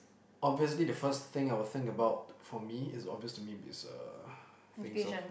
obviously the first thing I would think about for me it's obvious to me it's uh things of